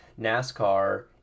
NASCAR